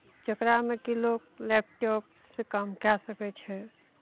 जकरामे कि लोक लैपटॉपसँ काम कए सकय छै